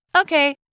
Okay